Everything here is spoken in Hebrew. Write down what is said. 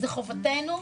זה חובתנו,